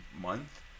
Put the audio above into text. month